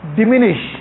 diminish